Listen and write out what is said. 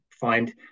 find